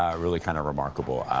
um really kind of remarkable.